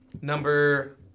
number